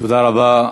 תודה רבה.